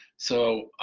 so